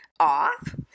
Off